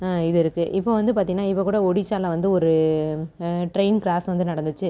இது இருக்கு இப்போது வந்து பார்த்திங்கனா இப்போ கூட ஒடிசாவில் வந்து ஒரு ட்ரெயின் க்ராஸ் வந்து நடந்துச்சு